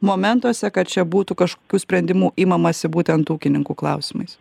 momentuose kad čia būtų kažkokių sprendimų imamasi būtent ūkininkų klausimais